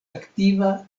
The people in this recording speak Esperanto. aktiva